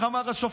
איך אמר השופט